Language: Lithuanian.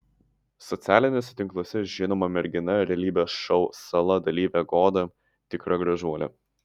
socialiniuose tinkluose žinoma mergina realybės šou sala dalyvė goda tikra gražuolė